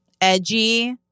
edgy